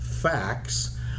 facts